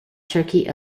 turkey